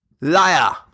Liar